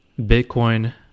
Bitcoin